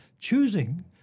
choosing